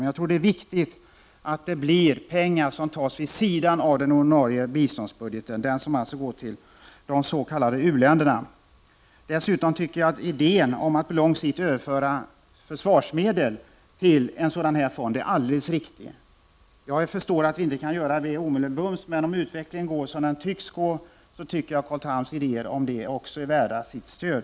Jag tror det är viktigt att det är pengar som går vid sidan av den ordinarie biståndsbudgeten, den som alltså går till de s.k. u-länderna. Dessutom tycker jag att idén att på lång sikt överföra försvarsmedel till en sådan fond är alldeles riktig. Jag förstår att vi inte kan göra det omedelbart, men om utvecklingen går så som nu sker, så tycker jag Carl Thams idéer också här är värda stöd.